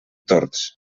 tords